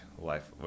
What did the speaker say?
life